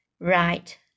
Right